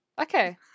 Okay